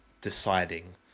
deciding